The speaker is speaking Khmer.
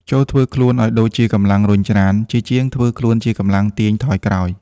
ចូរធ្វើខ្លួនឱ្យដូចជាកម្លាំងរុញច្រាន ជាជាងធ្វើខ្លួនជាកម្លាំងទាញថយក្រោយ។